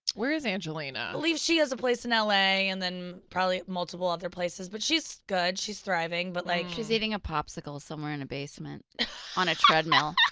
where is angelina? i believe she has a place in ah la, and then probably multiple other places, but she's good, she's thriving, but like she's eating a popsicle somewhere in a basement on a treadmill.